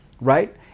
right